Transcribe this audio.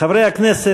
חברי הכנסת,